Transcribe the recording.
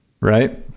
Right